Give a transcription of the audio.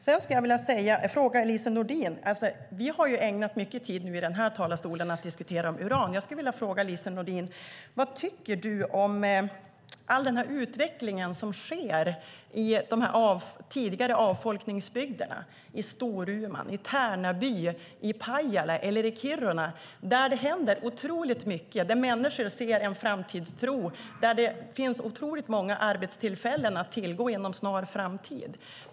Jag skulle vilja ställa en fråga till Lise Nordin. Vi har ägnat mycket tid i denna talarstol åt att tala om uran. Jag vill fråga Lise Nordin: Vad tycker du om all den utveckling som sker i de tidigare avfolkningsbygderna i Storuman, Tärnaby, Pajala eller Kiruna? Där händer det otroligt mycket, och människor har en framtidstro. Det finns otroligt många arbetstillfällen att tillgå inom snar framtid.